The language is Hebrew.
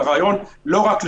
וראיתי שגם הלשכות העירו על זה.